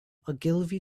ogilvy